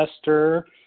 esther